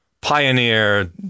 pioneer